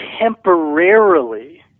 temporarily